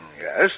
Yes